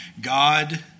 God